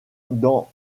dans